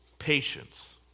Patience